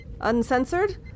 uncensored